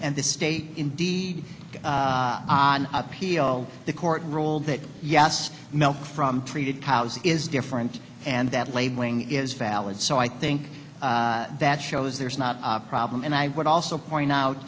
and the state indeed on appeal the court ruled that yes milk from treated cows is different and that labeling is valid so i think that shows there is not a problem and i would also point out